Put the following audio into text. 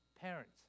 Parents